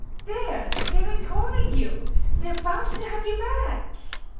there, they're encoring you they're bound to have you back!